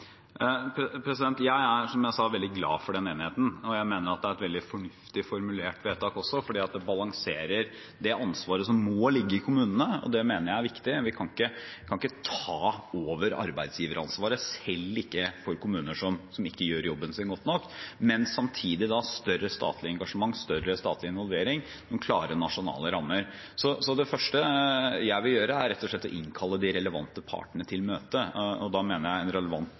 Jeg er, som jeg sa, veldig glad for den enigheten, og jeg mener at det er et veldig fornuftig formulert vedtak, fordi det balanserer det ansvaret som må ligge i kommunene. Og det mener jeg er viktig. Vi kan ikke ta over arbeidsgiveransvaret, selv ikke for kommuner som ikke gjør jobben sin godt nok. Samtidig må vi ha et større statlig engasjement, større statlig involvering og noen klare nasjonale rammer. Det første jeg vil gjøre, er rett og slett å innkalle de relevante partene til møte, og da mener jeg at en relevant